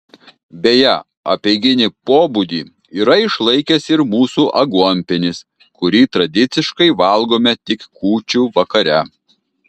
beje apeiginį pobūdį yra išlaikęs ir mūsų aguonpienis kurį tradiciškai valgome tik kūčių vakare